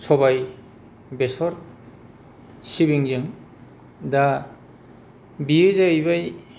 सबाय बेसर सिबिंजों दा बेयो जाहैबाय